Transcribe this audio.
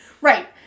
Right